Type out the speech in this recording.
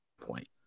point